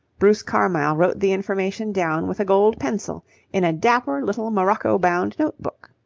bruce carmyle wrote the information down with a gold pencil in a dapper little morocco-bound note-book.